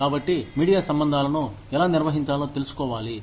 కాబట్టి మీడియా సంబంధాలను ఎలా నిర్వహించాలో తెలుసుకోవాలి